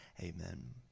Amen